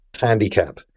handicap